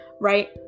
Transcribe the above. right